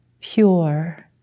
pure